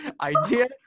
idea